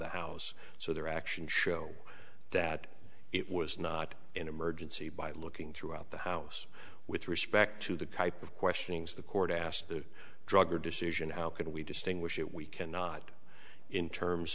the house so their actions show that it was not an emergency by looking throughout the house with respect to the cuyp of questionings the court asked the drugger decision how could we distinguish it we cannot in terms